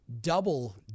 double